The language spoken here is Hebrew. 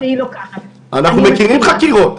אנחנו מכירים חקירות,